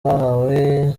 bahawe